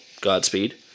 Godspeed